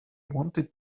wanted